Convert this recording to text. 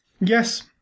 yes